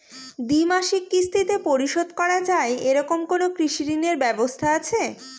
দ্বিমাসিক কিস্তিতে পরিশোধ করা য়ায় এরকম কোনো কৃষি ঋণের ব্যবস্থা আছে?